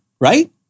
Right